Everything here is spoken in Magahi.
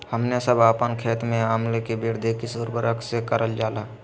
हमने सब अपन खेत में अम्ल कि वृद्धि किस उर्वरक से करलजाला?